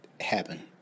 happen